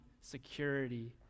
security